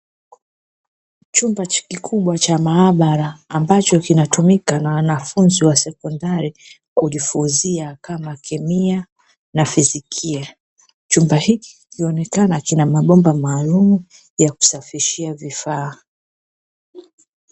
Chumba kikubwa cha maabara ambacho kinatumika na wanafunzi wa sekondari kujifunzia kama kemia na fizikia, chumba hiki kikionekana kina mabomba maalumu ya kusafishia vifaa.